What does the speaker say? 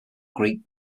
greek